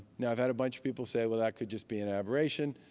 now, i've had a bunch of people say, well, that could just be an aberration.